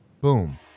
boom